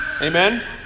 amen